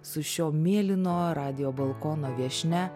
su šio mėlyno radijo balkono viešnia